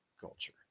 Culture